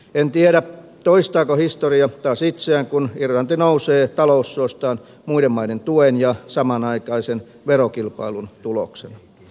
en tiedä toistaako historia taas itseään kun irlanti nousee taloussuostaan muiden maiden tuen ja samanaikaisen verokilpailun tuloksena